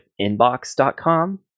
inbox.com